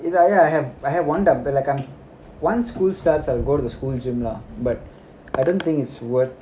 it's like ya I have I have once school starts I'll go to the school gym lah but I don't think it's worth